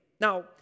Now